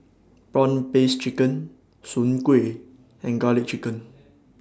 Prawn Paste Chicken Soon Kueh and Garlic Chicken